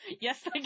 Yes